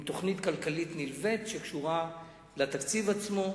עם תוכנית כלכלית נלווית שקשורה לתקציב עצמו.